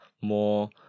more